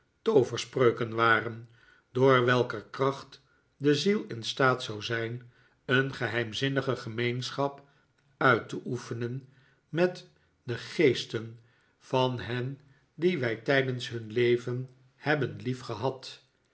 tooverspreuken waren door welker kracht de ziel instaat zou zijn een geheimzinnige gemeenschap uit te oefenen met de geesten van hen die wij tijdens hun leven hebben